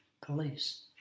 police